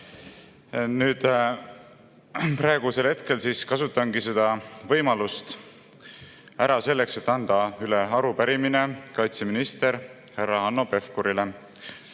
Praegusel hetkel kasutangi seda võimalust ära selleks, et anda üle arupärimine kaitseminister härra Hanno Pevkurile.